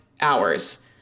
hours